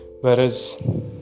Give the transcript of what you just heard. whereas